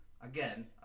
Again